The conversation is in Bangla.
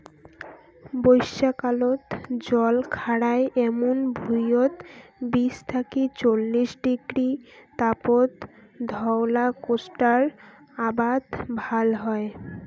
বইষ্যাকালত জল খাড়ায় এমুন ভুঁইয়ত বিশ থাকি চল্লিশ ডিগ্রী তাপত ধওলা কোষ্টার আবাদ ভাল হয়